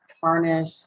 tarnish